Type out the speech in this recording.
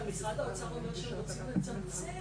אבל משרד האוצר אומר שהם רוצים לצמצם